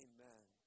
Amen